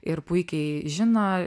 ir puikiai žino